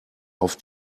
auf